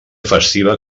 festiva